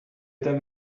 them